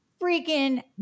freaking